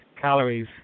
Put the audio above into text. calories